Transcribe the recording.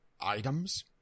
items